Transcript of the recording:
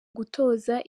gutoza